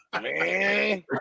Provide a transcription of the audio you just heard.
Man